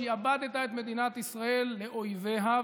שעבדת את מדינת ישראל לאויביה.